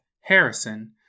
Harrison